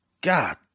God